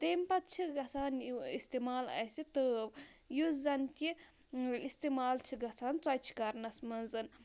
تیٚمہِ پَتہٕ چھِ گَژھان یہِ اِستعمال اَسہِ تٲو یُس زَن کہِ اِستعمال چھِ گَژھان ژۄچہِ کَرنَس منٛز